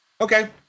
Okay